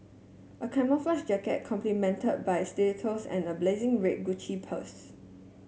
a camouflage jacket complemented by stilettos and a blazing red Gucci purse